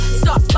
stop